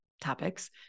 topics